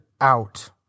out